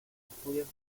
asturias